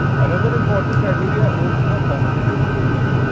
another important criteria is the competitive position.